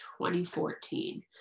2014